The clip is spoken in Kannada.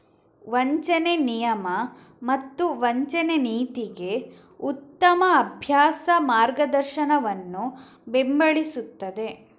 ವಂಚನೆ ನಿಯಮ ಮತ್ತು ವಂಚನೆ ನೀತಿಗೆ ಉತ್ತಮ ಅಭ್ಯಾಸ ಮಾರ್ಗದರ್ಶನವನ್ನು ಬೆಂಬಲಿಸುತ್ತದೆ